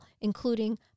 including